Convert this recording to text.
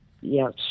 Yes